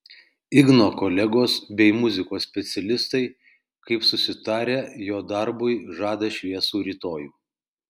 igno kolegos bei muzikos specialistai kaip susitarę jo darbui žada šviesų rytojų